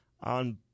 on